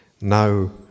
now